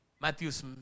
matthew's